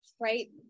Right